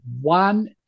one